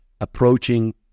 approaching